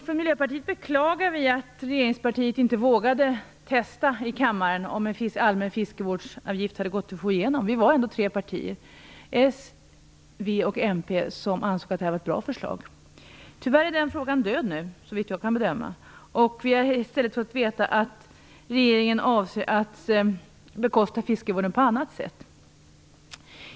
Vi i Miljöpartiet beklagar att regeringspartiet inte vågade testa om frågan om en allmän fiskevårdsavgift hade gått att få igenom i kammaren. Vi var ändå tre partier; Socialdemokraterna, Vänsterpartiet och Miljöpartiet som ansåg att det var ett bra förslag. Tyvärr är den frågan död nu, såvitt jag kan bedöma. I stället har vi fått veta att regeringen avser att bekosta fiskevården på annat sätt.